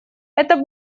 это